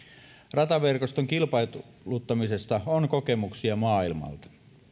rataverkoston kilpailuttamisesta on kokemuksia maailmalta